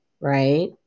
right